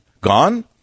Gone